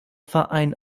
verein